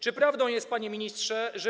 Czy prawdą jest, panie ministrze, że.